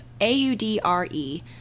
A-U-D-R-E